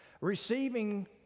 receiving